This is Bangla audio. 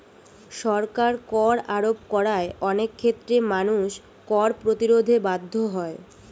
সরকার কর আরোপ করায় অনেক ক্ষেত্রে মানুষ কর প্রতিরোধে বাধ্য হয়